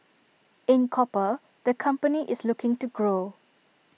in copper the company is looking to grow